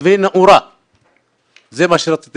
הצעה